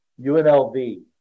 UNLV